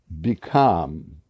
become